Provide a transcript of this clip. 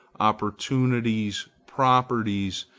opportunities, properties,